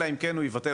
אלא אם כן הוא יבטל,